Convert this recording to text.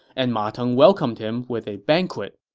and ma teng welcomed him with a banquet.